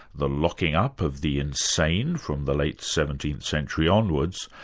the locking-up of the insane from the late seventeenth century onwards,